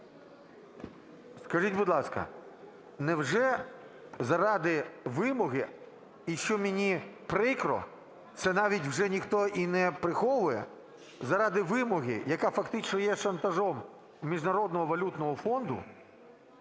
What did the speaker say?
скажіть, будь ласка, невже заради вимоги, і що мені прикро, це навіть вже ніхто і не приховує, заради вимоги, яка фактично є шантажем Міжнародного валютного фонду,